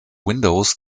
windows